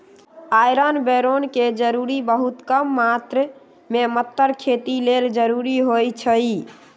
iron बैरौन के जरूरी बहुत कम मात्र में मतर खेती लेल जरूरी होइ छइ